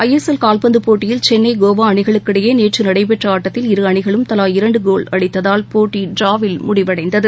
ISL கால்பந்தபோட்டியில் சென்னை கோவாஅணிகளுக்கு இடையேநேற்றநடைபெற்றஆட்டத்தில் இரு அணிகளும் தலா இரண்டுகோல் அடித்ததால் போட்டிட்ராவில் முடிவடைந்தது